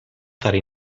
stare